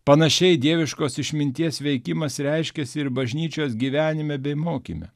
panašiai dieviškos išminties veikimas reiškiasi ir bažnyčios gyvenime bei mokyme